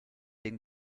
den